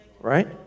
Right